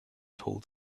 told